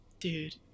dude